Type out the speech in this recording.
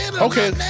Okay